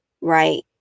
right